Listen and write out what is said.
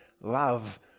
love